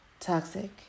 Toxic